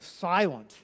silent